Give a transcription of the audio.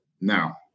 Now